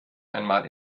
einmal